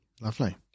Lovely